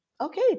okay